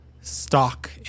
stock